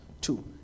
two